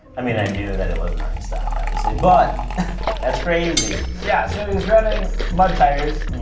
i mean, i knew that it wasn't running stock, obviously, but that's crazy. yeah, so he's running mud tires,